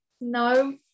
no